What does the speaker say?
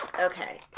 Okay